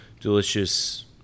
Delicious